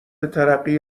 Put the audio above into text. ترقی